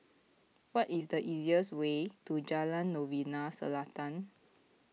what is the easiest way to Jalan Novena Selatan